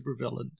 supervillain